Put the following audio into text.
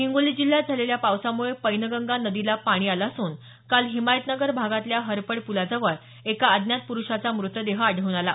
हिंगोली जिल्ह्यात झालेल्या पावसामुळे पैनगंगा नदीला पाणी आलं असून काल हिमायतनगर भागातल्या हरडप प्लाजवळ एका अज्ञात प्रुषाचा म्रतदेह आढळून आला